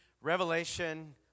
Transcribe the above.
Revelation